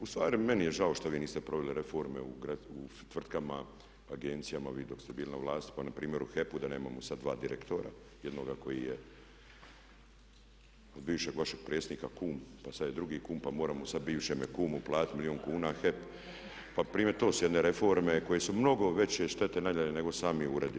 Ustvari meni je žao što vi niste proveli reforme u tvrtkama, agencijama vi dok ste bili na vlasti, pa npr. u HEP-u da nemamo sad dva direktora, jednoga koji je od bivšeg vašeg predsjednika kum, a sad je drugi kum pa moramo sad bivšemu kumu platiti milijun kuna, HEP, pa primjer to su one reforme koje su mnogo veće štete nanijele nego sami uredi.